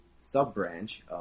sub-branch